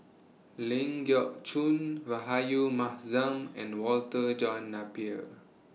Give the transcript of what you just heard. Ling Geok Choon Rahayu Mahzam and Walter John Napier